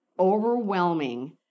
overwhelming